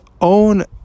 own